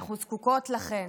אנחנו זקוקות לכן.